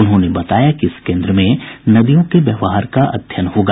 उन्होंने बताया कि इस केन्द्र में नदियों के व्यवहार का अध्ययन होगा